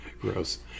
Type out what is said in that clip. Gross